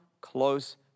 close